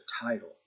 title